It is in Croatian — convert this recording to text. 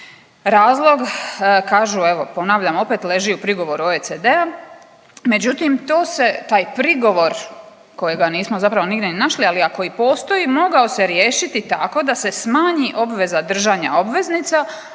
Razlog, kažu evo ponavljam opet leži u prigovoru OECD-a, međutim to se, taj prigovor kojega nismo zapravo nigdje ni našli, ali ako i postoji mogao se riješiti tako da se smanji obveza držanja obveznica,